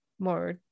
more